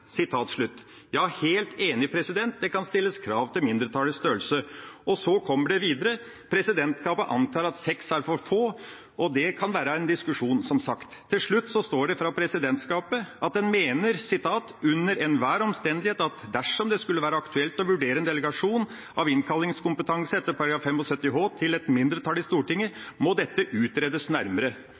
Til slutt står det fra presidentskapet at en mener «under enhver omstendighet at dersom det skulle vært aktuelt å vurdere en delegasjon av innkallingskompetansen etter § 75 h til et mindretall i Stortinget, må dette utredes nærmere».